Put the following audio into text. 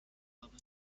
habe